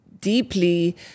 deeply